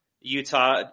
Utah